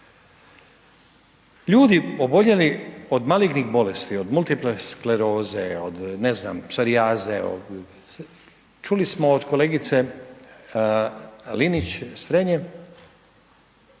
Ljudi oboljeli od malignih bolesti od multiple skleroze, od ne znam, psorijaze, od, čuli smo od kolegice, Linić Strenje,